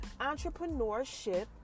entrepreneurship